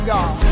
God